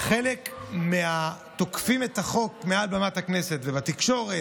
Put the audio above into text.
חלק מהתוקפים את החוק מעל במת הכנסת ובתקשורת